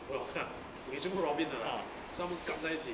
will ha~ 我要全部 robin 的 lah some kam 在一起